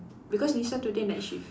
because Nisa today night shift